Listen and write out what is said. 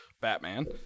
batman